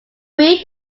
hui